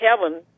heaven